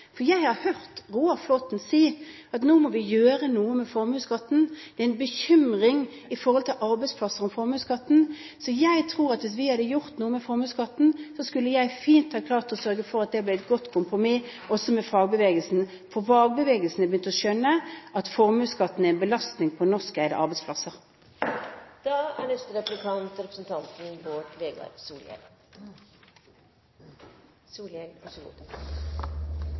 tror jeg hadde gått godt, for jeg har hørt Roar Flåthen si at nå må vi gjøre noe med formuesskatten. Det er en bekymring når det gjelder arbeidsplasser og formuesskatten. Hvis vi hadde gjort noe med formuesskatten, skulle jeg fint ha klart å sørge for at det ble et godt kompromiss også med fagbevegelsen, for fagbevegelsen har begynt å skjønne at formuesskatten er en belastning for norskeide arbeidsplasser. Eg har merka meg at representanten